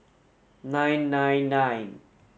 nine nine nine